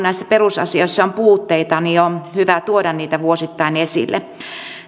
näissä perusasioissa on puutteita on hyvä tuoda niitä vuosittain esille